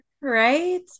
right